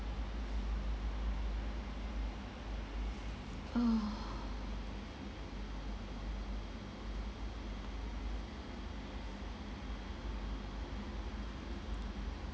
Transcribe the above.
oh